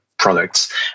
products